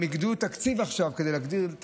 הם הגדילו את התקציב עכשיו כדי להגדיל את